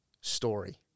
story